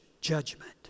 judgment